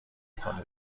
کنه